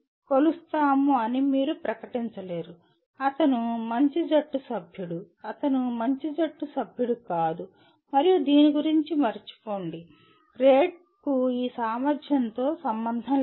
మనం కొలుస్తాము అని మీరు ప్రకటించలేరు అతను మంచి జట్టు సభ్యుడు అంత మంచి జట్టు సభ్యుడు కాదు మరియు దీని గురించి మరచిపోండి గ్రేడ్కు ఈ సామర్థ్యంతో సంబంధం లేదు